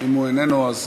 אם הוא איננו, אז